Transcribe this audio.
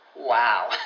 Wow